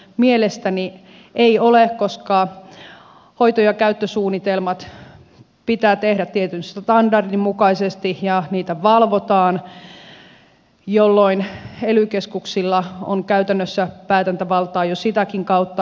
mielestäni ei ole koska hoito ja käyttösuunnitelmat pitää tehdä tietyn standardin mukaisesti ja niitä valvotaan jolloin ely keskuksilla on käytännössä päätäntävaltaa jo sitäkin kautta